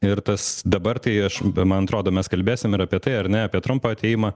ir tas dabar tai aš man atrodo mes kalbėsim ir apie tai ar ne apie trumpo atėjimą